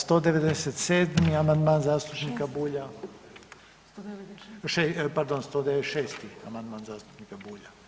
197. amandman zastupnika Bulja [[Upadica: Šesti, 196.]] pardon 196. amandman zastupnika Bulja.